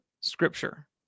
Scripture